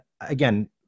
again